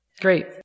Great